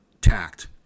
tact